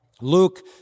Luke